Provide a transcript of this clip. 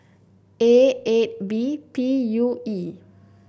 A eight B P U E